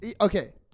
okay